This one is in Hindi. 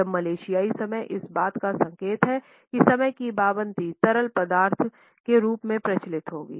अब मलेशियाई समय इस बात का संकेत है कि समय की पाबंदी तरल पदार्थ के रूप में प्रचलित होगी